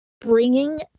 bringing